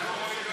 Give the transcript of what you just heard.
ואיפה זה כואב?